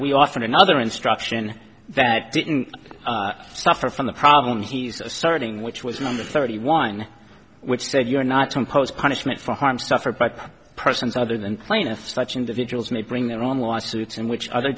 we offered another instruction that didn't suffer from the problem he's asserting which was number thirty one which said you're not to impose punishment for harm suffered by persons other than plaintiffs such individuals may bring their own lawsuits in which other